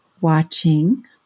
watching